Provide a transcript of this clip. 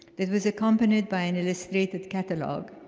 it was accompanied by an illustrated catalogue,